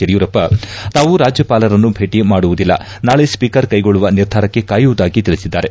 ಯಡಿಯೂರಪ್ಪ ತಾವು ರಾಜ್ಯಪಾಲರನ್ನು ಭೇಟ ಮಾಡುವುದಿಲ್ಲ ನಾಳೆ ಸ್ವೀಕರ್ ಕೈಗೊಳ್ಳುವ ನಿರ್ಧಾರಕ್ಕಾಗಿ ಕಾಯುವುದಾಗಿ ತಿಳಿಸಿದ್ದಾರೆ